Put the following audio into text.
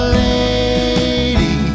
lady